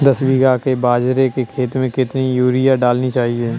दस बीघा के बाजरे के खेत में कितनी यूरिया डालनी चाहिए?